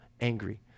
angry